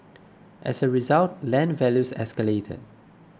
as a result land values escalated